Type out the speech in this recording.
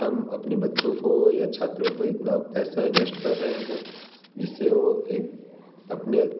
हम अपने बच्चों को या छात्रों को इतना पैसा इन्वेस्ट कर रहे हैं जिससे वो एक अपने